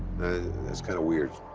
that's kind of weird.